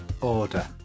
Order